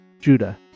Judah